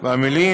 והמילים